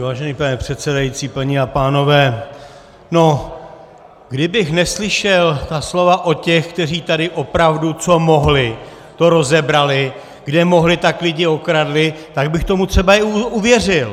Vážený pane předsedající, paní a pánové, kdybych neslyšel ta slova od těch, kteří tady opravdu, co mohli, to rozebrali, kde mohli, tak klidně ukradli, tak bych tomu třeba i uvěřil.